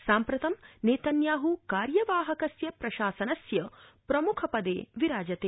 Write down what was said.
साम्प्रातं Netanyahu कार्यवाहकस्य प्रशासनस्य प्रमुखपदे विराजते